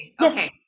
yes